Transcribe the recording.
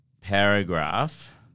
paragraph –